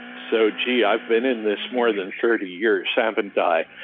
so, gee! i've been in this more than thirty years, haven't i?